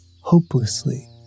hopelessly